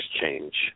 change